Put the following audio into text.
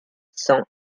cent